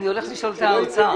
אני הולך לשאול את האוצר.